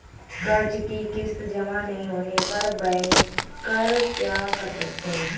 कर्ज कि किश्त जमा नहीं होने पर बैंकर क्या कर सकते हैं?